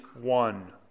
one